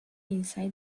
inside